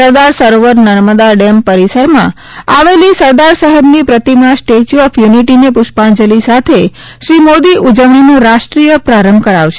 સરદાર Sarovar Narmada dam પરિસરમાં આવેલી સરદાર સાહેબની પ્રતિમા સ્ટેચ્યુ ઓફ યુનિટીને પુષ્પાંજલી સાથે શ્રી મોદી ઉજવણીનો રાષ્ટ્રીય પ્રાંરભ કરાવશે